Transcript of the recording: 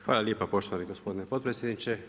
Hvala lijepo poštovani gospodine potpredsjedniče.